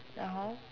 then how